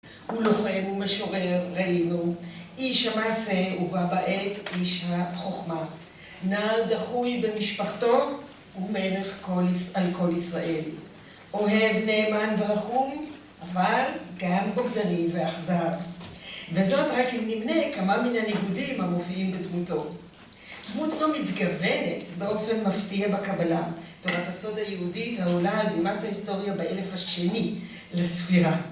הוא לוחם ומשורר רעילו, איש המעשה ובה בעת איש החוכמה, נער דחוי במשפחתו ומלך על כל ישראל. אוהב נאמן ורחום, אבל גם בוגדני ואכזר. וזאת רק אם נמנה כמה מן הניגודים המופיעים בתמותו. דמות זו מתגוונת באופן מפתיע בקבלה, תורת הסוד היהודית העולה עמדת ההיסטוריה באלף השני לספירה.